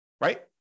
right